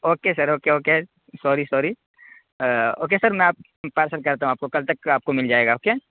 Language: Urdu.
okay sir okay okay sorry sorry okay sir میں آپ پارسل کرتا ہوں آپ کو کل تک میں آپ کو مل جائے گا اوکے